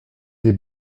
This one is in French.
des